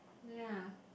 ya